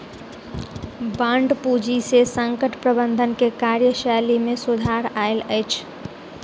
bond पूंजी से संकट प्रबंधन के कार्यशैली में सुधार आयल अछि